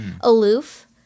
Aloof